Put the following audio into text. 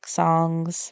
songs